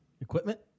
Equipment